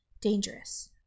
dangerous